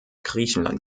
griechenland